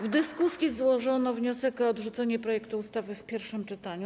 W dyskusji złożono wniosek o odrzucenie projektu ustawy w pierwszym czytaniu.